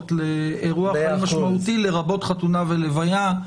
לאירוע חיים משמעותי לרבות חתונה ולוויה.